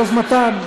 ביוזמתם,